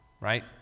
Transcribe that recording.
Right